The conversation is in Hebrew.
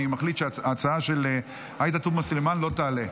אני מחליט שההצעה של עאידה תומא סלימאן לא תעלה.